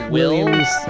Williams